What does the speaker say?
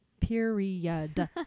Period